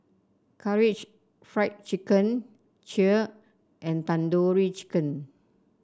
Karaage Fried Chicken Kheer and Tandoori Chicken